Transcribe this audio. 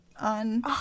on